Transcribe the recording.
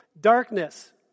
Darkness